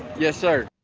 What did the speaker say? yes, sir.